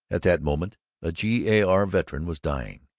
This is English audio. at that moment a g. a. r. veteran was dying.